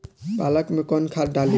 पालक में कौन खाद डाली?